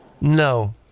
No